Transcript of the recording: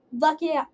lucky